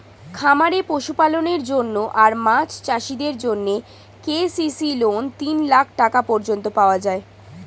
খামারে পশুপালনের জন্য আর মাছ চাষিদের জন্যে কে.সি.সি লোন তিন লাখ টাকা পর্যন্ত পাওয়া যায়